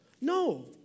No